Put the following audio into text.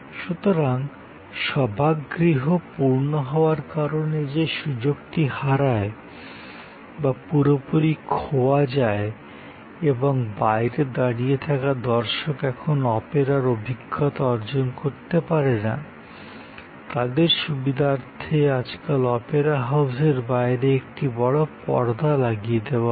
সুতরাং সভাগৃহ পূর্ণ হওয়ার কারণে যে সুযোগটি হারায়ে বা পুরোপুরি খোয়া যায় এবং বাইরে দাঁড়িয়ে থাকা দর্শক এখন অপেরার অভিজ্ঞতা অর্জন করতে পারে না তাদের সুবিদার্থে আজকাল অপেরা হাউসের বাইরে একটি বড় পর্দা লাগিয়ে দেওয়া হয়